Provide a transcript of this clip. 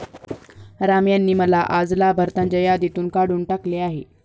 राम यांनी आज मला लाभार्थ्यांच्या यादीतून काढून टाकले आहे